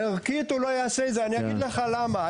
ערכית הוא לא יעשה את זה, אני אגיד לך למה.